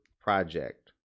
Project